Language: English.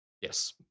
Yes